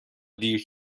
دیر